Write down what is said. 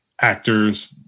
actors